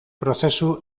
prozesu